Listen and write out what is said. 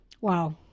Wow